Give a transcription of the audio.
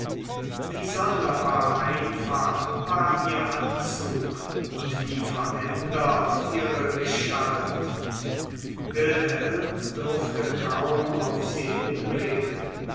wie sonderbar einfach war ihr anzug und wie verändert ihre gestalt wilhelm durfte kaum auf sie hinblicken